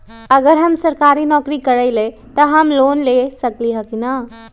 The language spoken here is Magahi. अगर हम सरकारी नौकरी करईले त हम लोन ले सकेली की न?